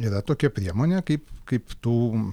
yra tokia priemonė kaip kaip tų